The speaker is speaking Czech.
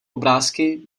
obrázky